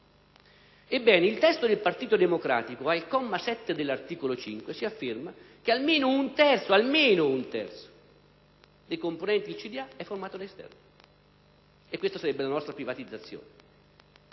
Ebbene, nel testo del Partito Democratico, al comma 7 dell'articolo 5, si afferma che almeno un terzo dei componenti il consiglio di amministrazione è formato da esterni; e questa sarebbe la nostra privatizzazione?